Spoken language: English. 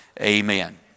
Amen